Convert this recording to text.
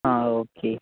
ആ ഓക്കേ